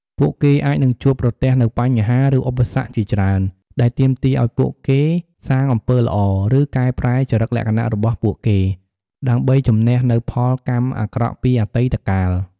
ពួកគេអាចនឹងជួបប្រទះនូវបញ្ហា ឬឧបសគ្គជាច្រើន ដែលទាមទារឱ្យពួកគេសាងអំពើល្អ ឬកែប្រែចរិតលក្ខណៈរបស់ពួកគេ ដើម្បីជម្នះនូវផលកម្មអាក្រក់ពីអតីតកាល។